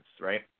right